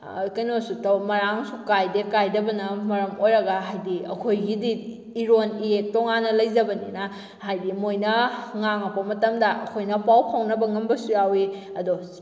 ꯀꯩꯅꯣꯁꯨ ꯇꯧ ꯃꯔꯥꯡꯁꯨ ꯀꯥꯏꯗꯦ ꯀꯥꯏꯗꯕꯅ ꯃꯔꯝ ꯑꯣꯏꯔꯒ ꯍꯥꯏꯗꯤ ꯑꯩꯈꯣꯏꯒꯤꯗꯤ ꯏꯔꯣꯟ ꯏꯌꯦꯛ ꯇꯣꯡꯉꯥꯟꯅ ꯂꯩꯖꯕꯅꯤꯅ ꯍꯥꯏꯗꯤ ꯃꯣꯏꯅ ꯉꯥꯡꯉꯛꯄ ꯃꯇꯝꯗ ꯑꯩꯈꯣꯏꯅ ꯄꯥꯎ ꯐꯥꯎꯅꯕ ꯉꯝꯕꯁꯨ ꯌꯥꯎꯋꯤ ꯑꯗꯣ